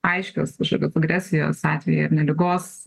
aiškios kažkokios agresijos atveju ar ne ligos